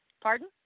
Pardon